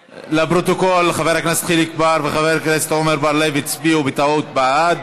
לפרוטוקול: חבר הכנסת חיליק בר וחבר הכנסת עמר בר-לב הצביעו בטעות בעד.